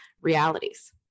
realities